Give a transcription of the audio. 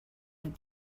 that